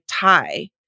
tie